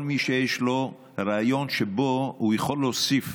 וכל מי שיש לו רעיון שבו הוא יכול להוסיף